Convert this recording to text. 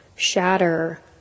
shatter